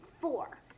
four